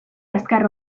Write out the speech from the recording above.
azkar